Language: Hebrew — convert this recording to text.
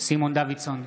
סימון דוידסון,